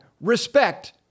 Respect